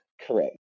Correct